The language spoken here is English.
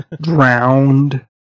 drowned